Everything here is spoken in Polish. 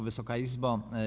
Wysoka Izbo!